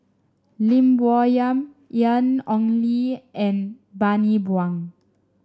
Lim Bo Yam Ian Ong Li and Bani Buang